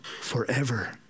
forever